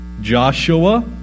Joshua